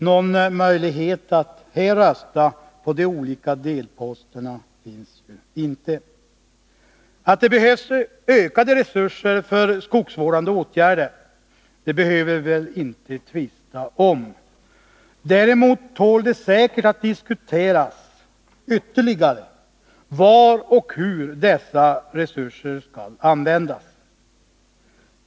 Någon möjlighet att här rösta på de olika delposterna finns ju inte. Att det behövs ökade resurser för skogsvårdande åtgärder behöver vi väl inte tvista om. Däremot tål det säkert att diskuteras ytterligare var och hur dessa resurser skall användas.